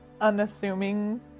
unassuming